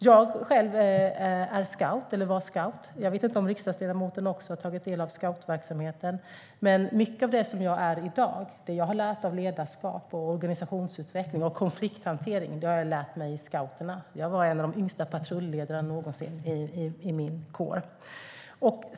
Jag själv har varit scout. Jag vet inte om riksdagsledamoten har tagit del av scoutverksamheten. Men mycket av det jag har lärt om ledarskap, organisationsutveckling och konflikthantering har jag lärt mig i scouterna. Jag var en av de yngsta patrulledarna någonsin i min kår.